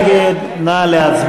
הוועדה.